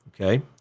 okay